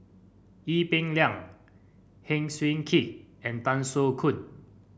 Ee Peng Liang Heng Swee Keat and Tan Soo Khoon